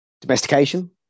domestication